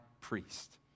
priest